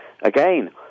again